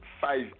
five